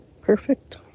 perfect